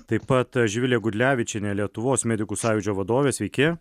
taip pat živilė gudlevičienė lietuvos medikų sąjūdžio vadovė sveiki